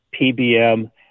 PBM